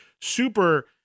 super